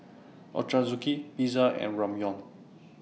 Ochazuke Pizza and Ramyeon